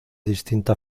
distinta